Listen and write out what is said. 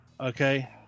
okay